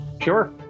Sure